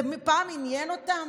זה פעם עניין אותם?